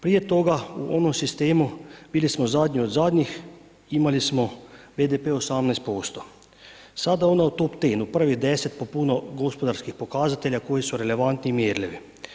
Prije toga u onom sistemu bili smo zadnji od zadnjih, imali smo BDP 18%, sada ona u top tenu prvih 10 po puno gospodarskih pokazatelja koji su relevantni i mjerljivi.